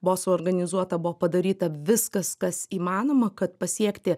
buvo suorganizuota buvo padaryta viskas kas įmanoma kad pasiekti